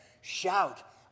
Shout